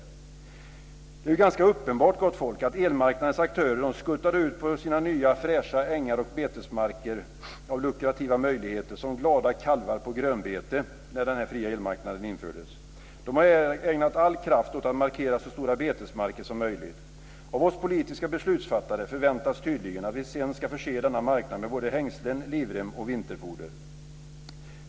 Det är ganska uppenbart, gott folk, att elmarknadens aktörer skuttade ut på sina nya fräscha ängar och betesmarker av lukrativa möjligheter som glada kalvar på grönbete när den här fria elmarknaden infördes. De har ägnat all kraft åt att markera så stora betesmarker som möjligt. Av oss politiska beslutsfattare förväntas tydligen att vi sedan ska förse denna marknad med både hängslen, livrem och vinterfoder.